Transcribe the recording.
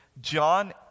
John